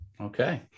okay